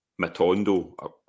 Matondo